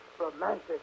romantic